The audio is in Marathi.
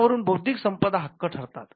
यावरून बौद्धिक संपदा हक्क ठरतात